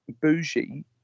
bougie